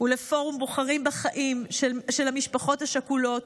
ולפורום בוחרים בחיים של המשפחות השכולות,